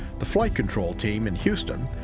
the flight control team in houston,